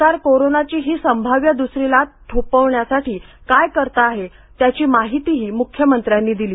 सरकार कोरोनाची ही संभाव्य दुसरी लाट थोपवण्यासाठी काय करतं आहे त्याची माहितीही मुख्यमंत्र्यांनी दिली